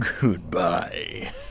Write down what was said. Goodbye